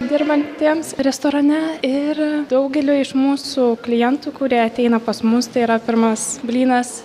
dirbantiems restorane ir daugelio iš mūsų klientų kurie ateina pas mus tai yra pirmas blynas